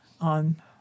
on